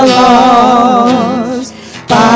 lost